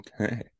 okay